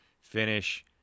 finish